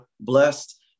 blessed